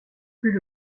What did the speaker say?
plus